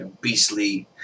beastly